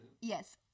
yes